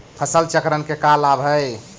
फसल चक्रण के का लाभ हई?